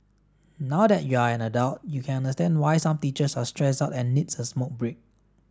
now that you're an adult you can understand why some teachers are stressed out and needs a smoke break